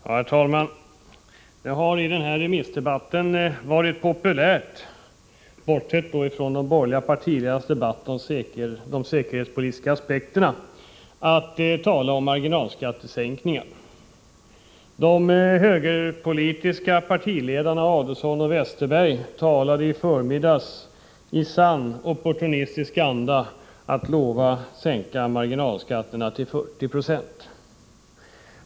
Herr talman! Det har i den här allmänpolitiska debatten varit populärt, bortsett från de borgerliga partiledarnas debatt om de säkerhetspolitiska aspekterna, att tala om marginalskattesänkningar. De båda högerpolitiska partiledarna Ulf Adelsohn och Bengt Westerberg lovade i förmiddags, i sann opportunistisk anda, att sänka marginalskatterna till 40 96.